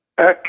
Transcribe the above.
Okay